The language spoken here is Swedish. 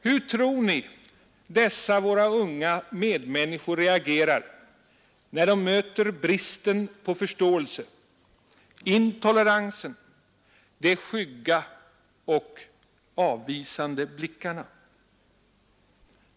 Hur tror ni dessa våra unga medmänniskor reagerar, när de möter bristen på förståelse, intoleransen, de skygga och avvisande blickarna?